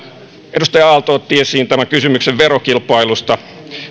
edustaja aalto otti esiin kysymyksen verokilpailusta